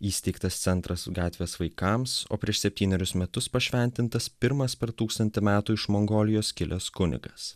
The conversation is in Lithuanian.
įsteigtas centras gatvės vaikams o prieš septynerius metus pašventintas pirmas per tūkstantį metų iš mongolijos kilęs kunigas